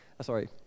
Sorry